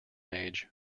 age